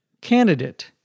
candidate